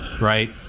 right